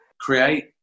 create